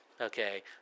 Okay